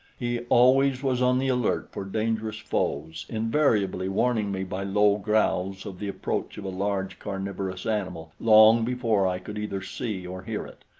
he always was on the alert for dangerous foes, invariably warning me by low growls of the approach of a large carnivorous animal long before i could either see or hear it,